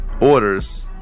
orders